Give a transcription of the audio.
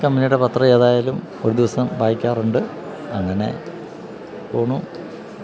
കമ്പനിയടെ പത്രം ഏതായാലും ഒരു ദിവസം വായിക്കാറുണ്ട് അങ്ങനെ പോകുന്നു